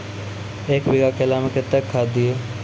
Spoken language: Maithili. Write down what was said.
एक बीघा केला मैं कत्तेक खाद दिये?